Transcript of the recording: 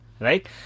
Right